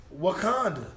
Wakanda